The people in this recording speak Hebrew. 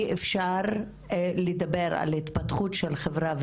אי אפשר לדבר על התפתחות של חברה,